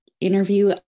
interview